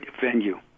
venue